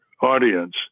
audience